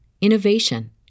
innovation